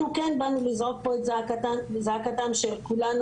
אנחנו כן באנו לזעוק פה את זעקתן של כולנו.